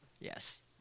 Yes